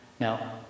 Now